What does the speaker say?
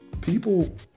People